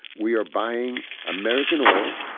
we are buying american oil.